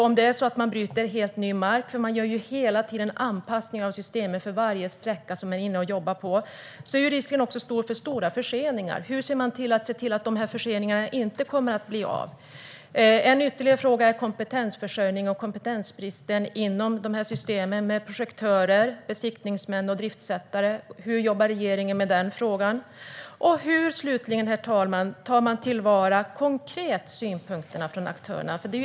Om man bryter helt ny mark - man gör ju hela tiden anpassningar av systemet för varje sträcka som man jobbar på - är risken stor för stora förseningar. Hur ser man till att de här förseningarna inte kommer att bli av? En ytterligare fråga handlar om kompetensförsörjning och kompetensbristen inom de här systemen när det gäller projektörer, besiktningsmän och driftssättare. Hur jobbar regeringen med den frågan? Slutligen, herr talman, undrar jag hur man tar till vara synpunkterna från aktörerna rent konkret.